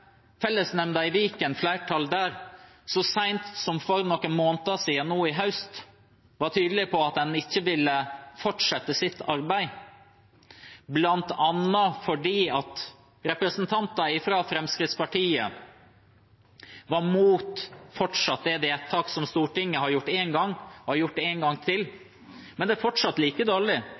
fellesnemnda i Viken var så sent som for noen måneder siden, nå i høst, tydelig på at en ikke ville fortsette sitt arbeid, bl.a. fordi representanter fra Fremskrittspartiet fortsatt var mot det vedtaket som Stortinget har gjort én gang – og har gjort det én gang til. Men det er fortsatt like dårlig,